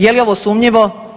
Je li ovo sumnjivo?